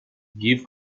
give